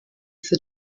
für